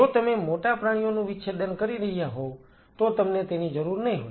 જો તમે મોટા પ્રાણીઓનું વિચ્છેદન કરી રહ્યા હોવ તો તમને તેની જરૂર નહીં હોય